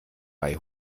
bei